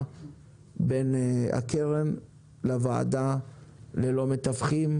בין הקרן לבין ועדת הכלכלה ללא מתווכים,